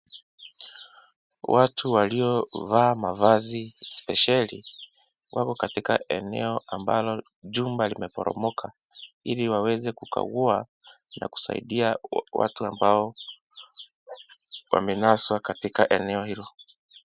Watu walio vaa mavazi spesheli wako katika eneo ambalo jumba limeporomoka ili waweze kukagua na kusaidia watu ambao wamenaswa katika eneo hilo.